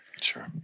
Sure